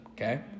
okay